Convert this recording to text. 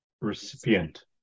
recipient